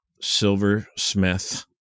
silversmith